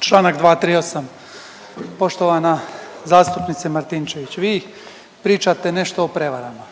Članak 238., poštovana zastupnice Martinčević vi pričate nešto o prevarama